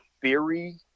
theory